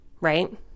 right